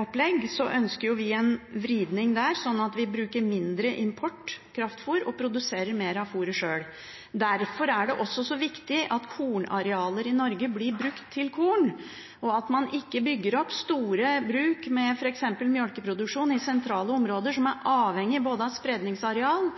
opplegg – ønsker vi en vridning der, slik at vi bruker mindre import av kraftfôr og produserer mer av fôret sjøl. Derfor er det så viktig at kornarealer i Norge blir brukt til korn – at man ikke bygger opp store bruk med f.eks. melkeproduksjon i sentrale områder som er avhengig både av spredningsareal